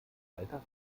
weiter